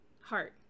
heart